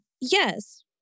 Yes